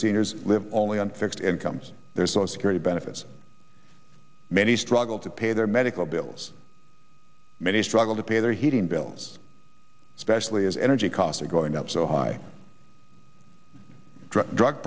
seniors live only on fixed incomes there's no security benefits many struggle to pay their medical bills many struggle to pay their heating bills especially as energy costs are going up so high drug